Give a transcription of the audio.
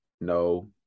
No